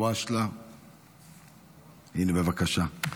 הינה, בבקשה.